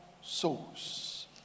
souls